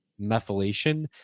methylation